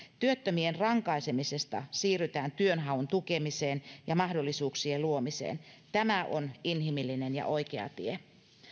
työttömien rankaisemisesta siirrytään työnhaun tukemiseen ja mahdollisuuksien luomiseen tämä on inhimillinen ja oikea tie